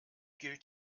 gilt